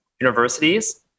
universities